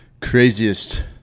craziest